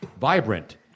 vibrant